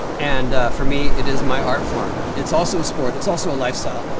and for me, it is my art form. it's also a sport, it's also a lifestyle,